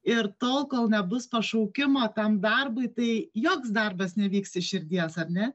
ir tol kol nebus pašaukimo tam darbui tai joks darbas nevyks iš širdies ar ne